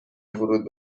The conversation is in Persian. ورود